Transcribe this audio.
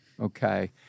Okay